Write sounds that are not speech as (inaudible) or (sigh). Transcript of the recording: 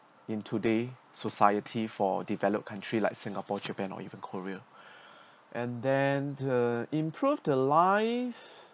in today society for developed country like singapore japan or even korea (breath) and then uh improve the life